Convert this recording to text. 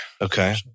Okay